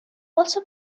also